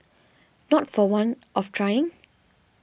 not for want of trying